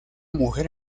mujer